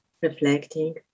reflecting